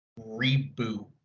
reboot